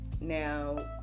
now